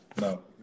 No